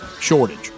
shortage